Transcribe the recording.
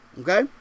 okay